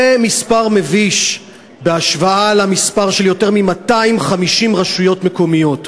זה מספר מביש בהשוואה למספר של יותר מ-250 רשויות מקומיות.